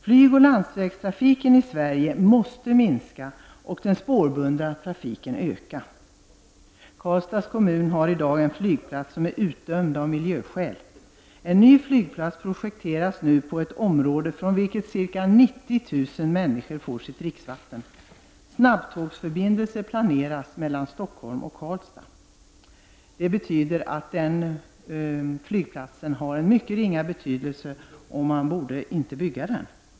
Flygoch landsvägstrafiken i Sverige måste minska och den spårbundna trafiken öka. Karlstads kommun har i dag en flygplats som är utdömd av miljöskäl. En ny flygplats projekteras nu på ett område från vilket ca 90 000 människor får sitt dricksvatten. Snabbtågsförbindelser planeras mellan Stockholm och Karlstad. Det betyder att denna flygplats har mycket ringa betydelse och att man inte borde bygga den.